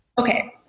Okay